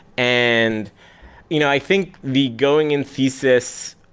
and you know i think the going-in thesis,